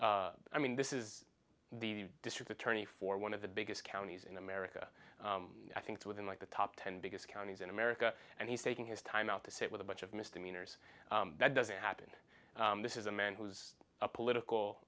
data i mean this is the district attorney for one of the biggest counties in america i think within like the top ten biggest counties in america and he's taking his time out to sit with a bunch of misdemeanors that doesn't happen this is a man who's a